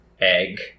egg